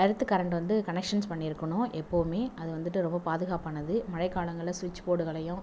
earth current வந்து connections பண்ணி இருக்கணும் எப்பவும் அது வந்துட்டு ரொம்ப பாதுகாப்பானது மழை காலங்களில் சுவிட்ச் போர்டுகளையும்